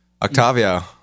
Octavio